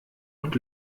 und